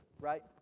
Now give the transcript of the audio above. right